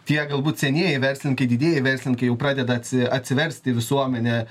tie galbūt senieji verslininkai didieji verslininkai jau pradeda atsi atsiverst į visuomenę